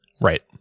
Right